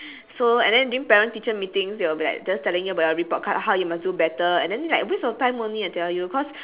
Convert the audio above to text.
so and then during parent teacher meetings they will be like just telling you about your report card how you must do better and then you like waste of time only I tell you cause